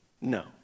No